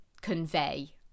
convey